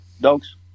dogs